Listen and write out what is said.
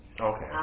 Okay